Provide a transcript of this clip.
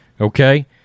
Okay